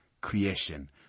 creation